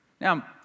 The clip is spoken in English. Now